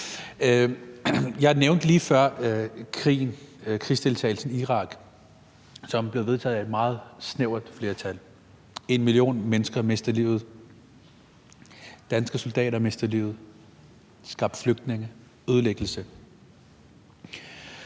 Jeg nævnte lige før krigsdeltagelsen i Irak, som blev vedtaget af et meget snævert flertal. En million mennesker mistede livet, danske soldater mistede livet, og det skabte flygtninge og ødelæggelse.